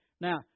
Now